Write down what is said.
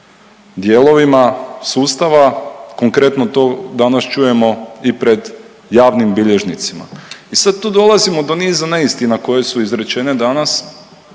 dijelovima sustava, konkretno to danas čujemo i pred javnim bilježnicima. I sad tu dolazimo do niza neistina koje su izrečene danas,